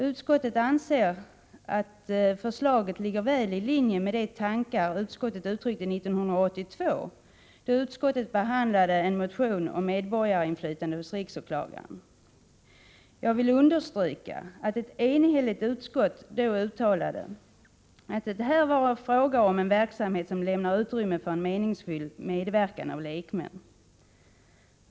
Utskottet anser att förslaget ligger väl i linje med de tankar utskottet uttryckte 1982, då utskottet behandlade en motion om medborgarinflytande hos riksåklagaren. Jag vill understryka att ett enhälligt utskott då uttalade att det här var fråga om en verksamhet som lämnar utrymme för en meningsfull medverkan av lekmän.